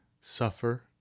Suffer